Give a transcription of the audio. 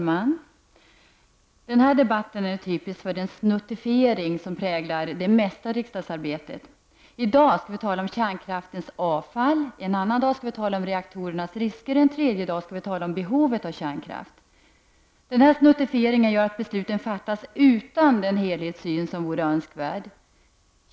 Herr talman! Den här debatten är typisk för den ”snuttifiering” som präglar det mesta av riksdagsarbetet. I dag skall vi tala om kärnkraftsavfallet. En annan dag skall vi tala om reaktorernas risker, och en tredje dag skall vi tala om behovet av kärnkraft. Den här ”snuttifieringen” gör att besluten fattas utan den helhetssyn som vore önskvärd.